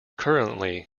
currently